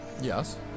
Yes